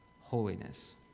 holiness